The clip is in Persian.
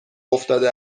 افتاده